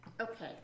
Okay